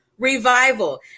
Revival